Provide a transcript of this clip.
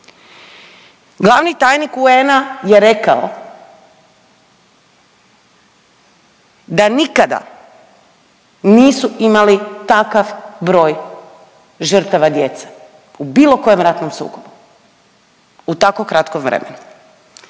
Glavni tajnik UN-a je rekao da nikada nisu imali takav broj žrtava djece, u bilo kojem ratnom sukobu u tako kratkom vremenu